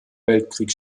weltkrieg